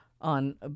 on